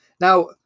Now